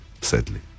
sadly